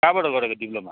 कहाँबाट गरेको डिप्लोमा